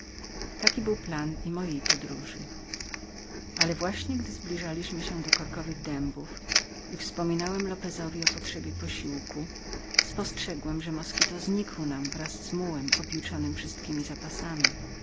taki był plan i mojej podróży ale właśnie gdy zbliżaliśmy się do zielonych dębów i wspominałem lopezowi o potrzebie posiłku spostrzegłem że moskito znikł nam wraz z mułem ojuczonym wszystkiemi zapasami